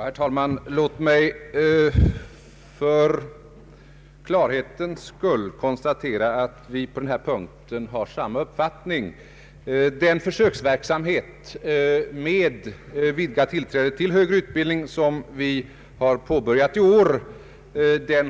Herr talman! Låt mig för klarhetens skull konstatera att vi på denna punkt har samma uppfattning. Den försöksverksamhet med vidgat tillträde till högre utbildning som vi har påbörjat i år